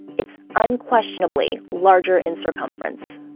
it's unquestionably larger in circumference